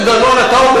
אתה אומר בעצמך,